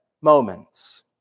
moments